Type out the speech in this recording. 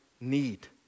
need